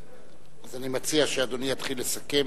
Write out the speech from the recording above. אז אני מציע שאדוני יתחיל לסכם.